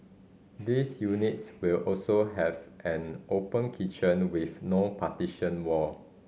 these units will also have an open kitchen with no partition wall